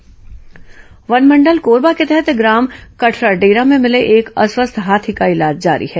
हाथी इलाज वनमंडल कोरबा के तहत ग्राम कठराडेरा में भिले एक अस्वस्थ्य हाथी का इलाज जारी है